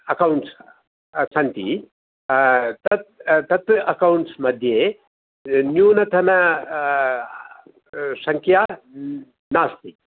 accounts सन्ति तत् तत् अकौण्ट्स् मध्ये न्यूनतन सङ्ख्या नास्ति